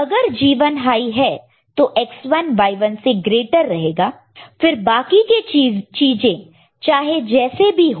अगर G1 high है तो X1 Y1 से ग्रेटर रहेगा फिर बाकी के चीजें चाहे जैसे भी हो